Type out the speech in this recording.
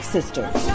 Sisters